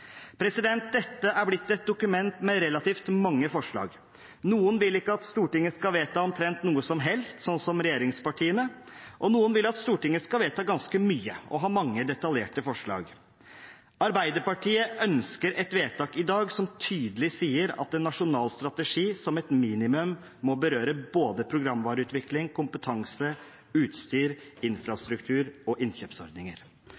Dette er blitt et dokument med relativt mange forslag. Noen vil ikke at Stortinget skal vedta omtrent noe som helst, sånn som regjeringspartiene, og noen vil at Stortinget skal vedta ganske mye og ha mange detaljerte forslag. Arbeiderpartiet ønsker et vedtak i dag som tydelig sier at en nasjonal strategi som et minimum må berøre både programvareutvikling, kompetanse, utstyr,